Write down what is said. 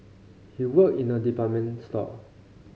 he worked in a department store